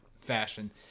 fashion